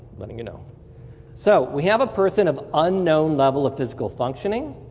but you know so we have a person of unknown level of physical functioning.